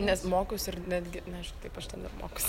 nes mokiausi ir netgi na aišku taip aš ten ir mokiausi